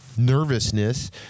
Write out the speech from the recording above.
Nervousness